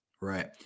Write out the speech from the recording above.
Right